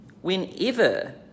Whenever